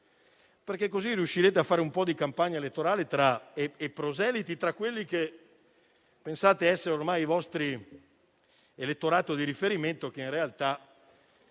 perché così riuscirete a fare un po' di campagna elettorale e proseliti tra quelli che pensate costituiscano ormai il vostro elettorato di riferimento, che in realtà